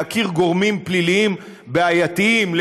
להכיר גורמים פליליים בעייתיים,